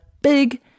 big